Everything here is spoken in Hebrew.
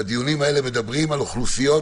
והדיונים האלה מדברים על האוכלוסיות